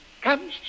Come